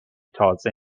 تازه